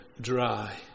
dry